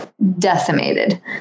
decimated